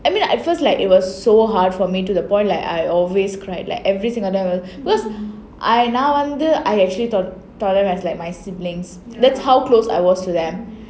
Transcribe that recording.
I mean like at first like it was so hard for me to the point like I always cried like every single time because I நான் வந்து:naan vandhu I actually thought thought of them as like my siblings that's how close I was to them